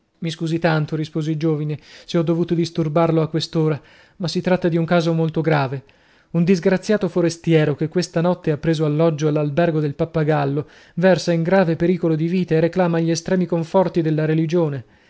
mi scusi tanto rispose il giovine se ho dovuto disturbarlo a quest'ora ma si tratta di un caso molto grave un disgraziato forastiero che questa notte ha preso alloggio all'albergo del pappagallo versa in grave pericolo di vita e reclama gli estremi conforti della religione